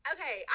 Okay